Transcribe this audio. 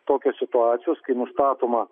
tokios situacijos kai nustatoma